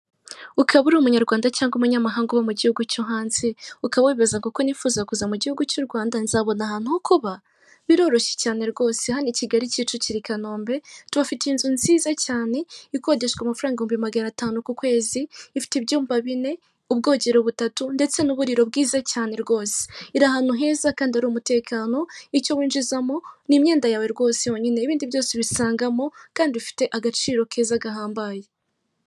Ukaba uri umunyarwanda cyangwa umunyamahanga uba mu Gihugu cyo hanze, ukaba wibaza ngo ko nifuza kuza mu Gihugu cy'u Rwanda nzabona ahantu ho kuba? Biroroshye cyane rwose hano i Kigali Kicukiro, i Kanombe tubafitiye inzu nziza cyane ikodeshwa amafaranga ibihumbi magana atanu ku kwezi, ifite ibyumba bine ubwogero butatu, ndetse n'uburiro bwiza cyane rwose. Iri ahantu heza kandi hari umutekano icyo winjizamo n'imyenda yawe rwose yonyine, ibindi byose ubisangamo kandi bifite agaciro keza gahambaye.